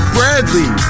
Bradley